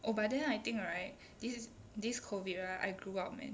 oh but then I think right this is this COVID right I grew up man